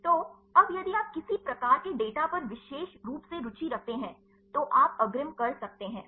तो अब यदि आप किसी भी प्रकार के डेटा पर विशेष रूप से रुचि रखते हैं तो आप अग्रिम कर सकते हैं